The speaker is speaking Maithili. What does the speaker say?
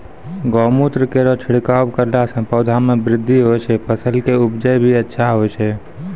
गौमूत्र केरो छिड़काव करला से पौधा मे बृद्धि होय छै फसल के उपजे भी अच्छा होय छै?